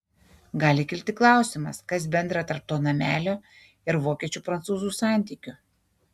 gali kilti klausimas kas bendro tarp to namelio ir vokiečių prancūzų santykių